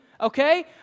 Okay